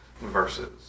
verses